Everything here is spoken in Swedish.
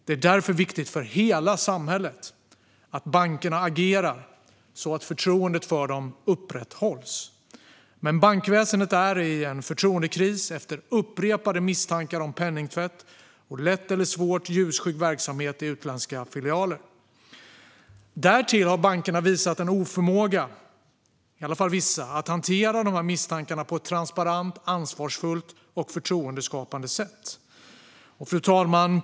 Det är därför viktigt för hela samhället att bankerna agerar så att förtroendet för dem upprätthålls. Men bankväsendet är i förtroendekris efter upprepade misstankar om penningtvätt och lätt eller svårt ljusskygg verksamhet i utländska filialer. Därtill har bankerna - i alla fall vissa - visat oförmåga att hantera dessa misstankar på ett transparent, ansvarsfullt och förtroendeskapande sätt. Fru talman!